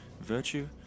virtue